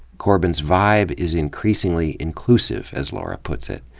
corbin's vibe is increasingly inclusive, as lora puts it.